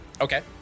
Okay